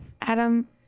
Adam